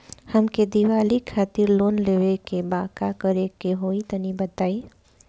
हमके दीवाली खातिर लोन लेवे के बा का करे के होई तनि बताई?